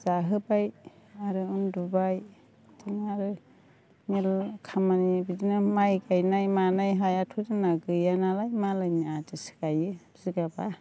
जाहोबाय आरो उन्दुबाय बिदिनो आरो मेरला खामानि बिदिनो माइ गायनाय मानाय हायाथ' जोंना गैयानालाय मालायनि आदिसो गायो बिगाबा